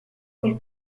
col